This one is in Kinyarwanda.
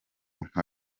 nka